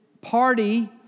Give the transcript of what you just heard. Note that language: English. party